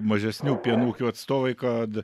mažesnių pienų ūkių atstovai kad